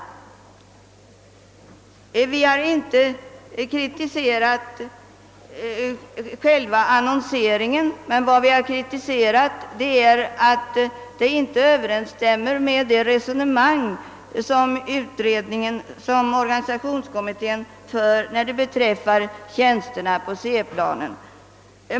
Nej, vi har inte kritiserat själva annonseringen, utan den omständigheten att förfarandet inte överensstämmer med de resonemang som organisationsutredningen för när det gäller tjänsterna på C-planen.